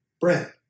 bread